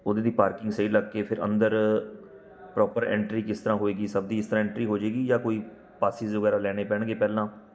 ਉਹਦੇ ਲਈ ਪਾਰਕਿੰਗ ਸਹੀ ਲੱਗ ਕੇ ਫਿਰ ਅੰਦਰ ਪ੍ਰੋਪਰ ਐਂਟਰੀ ਕਿਸ ਤਰ੍ਹਾਂ ਹੋਏਗੀ ਸਭ ਦੀ ਇਸ ਤਰ੍ਹਾਂ ਐਂਟਰੀ ਹੋ ਜਾਵੇਗੀ ਜਾਂ ਕੋਈ ਪਾਸਿਸ ਵਗੈਰਾ ਲੈਣੇ ਪੈਣਗੇ ਪਹਿਲਾਂ